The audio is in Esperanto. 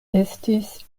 estis